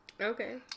Okay